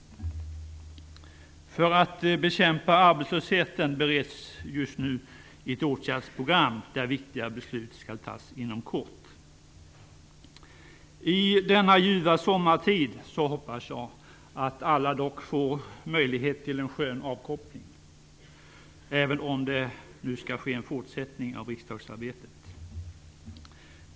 För att bekämpa arbetslösheten bereds just nu ett åtgärdsprogram, där viktiga beslut skall fattas inom kort. I denna ljuva sommartid hoppas jag dock att alla får möjlighet till en skön avkoppling, även om det nu skall ske en fortsättning av riksdagsarbetet.